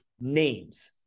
names